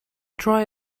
try